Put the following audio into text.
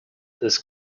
this